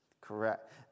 Correct